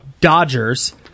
Dodgers